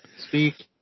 speak